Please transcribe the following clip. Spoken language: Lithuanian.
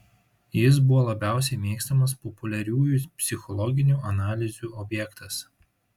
jis buvo labiausiai mėgstamas populiariųjų psichologinių analizių objektas